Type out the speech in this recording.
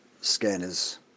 scanners